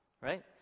right